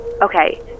Okay